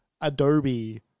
Adobe